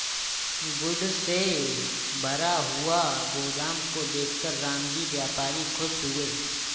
goods से भरा हुआ गोदाम को देखकर रामजी व्यापारी खुश हुए